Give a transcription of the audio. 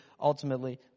ultimately